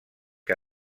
que